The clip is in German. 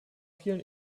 vielen